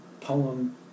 poem